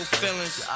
feelings